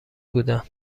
بودند